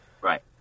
Right